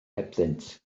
hebddynt